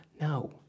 No